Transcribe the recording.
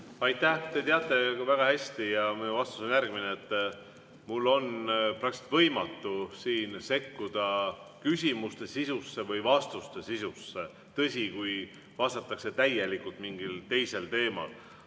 Aitäh! Te teate väga hästi, et minu vastus on järgmine. Mul on praktiliselt võimatu siin sekkuda küsimuste sisusse ja vastuste sisusse. [Seda ka siis,] kui vastatakse täielikult mingil teisel teemal.